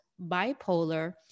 bipolar